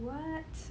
what